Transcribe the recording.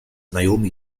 naomi